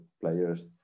players